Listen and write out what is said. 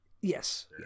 Yes